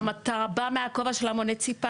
אתה גם בא מהכובע של המוניציפלי.